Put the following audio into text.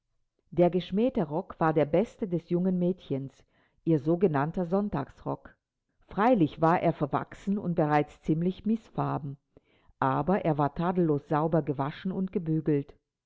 der geschmähte rock war der beste des jungen mädchens ihr sogenannter sonntagsrock freilich war er verwachsen und bereits ziemlich mißfarben aber er war tadellos sauber gewaschen und gebügelt